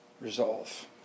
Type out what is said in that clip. resolve